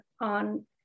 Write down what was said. on